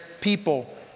people